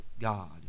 God